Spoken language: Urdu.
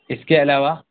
اس کے علاوہ